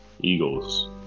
eagles